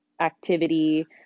activity